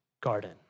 garden